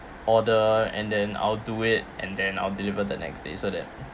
order and then I'll do it and then I'll deliver the next day so that